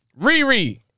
Riri